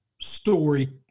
story